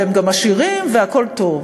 והם גם עשירים והכול טוב.